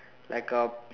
like uh